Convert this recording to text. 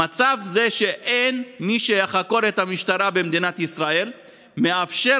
המצב שאין מי שיחקור את המשטרה במדינת ישראל מאפשר